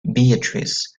beatrice